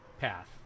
path